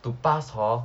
to pass hor